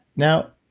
now,